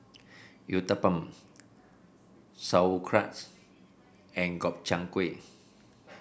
Uthapam Sauerkraut and Gobchang Gui